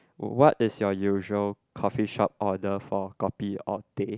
what is your usual coffee shop order for kopi or teh